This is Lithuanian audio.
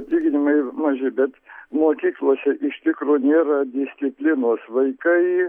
atlyginimai maži bet mokyklose iš tikro nėra disciplinos vaikai